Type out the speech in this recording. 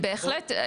זה בהחלט,